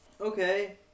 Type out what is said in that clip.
Okay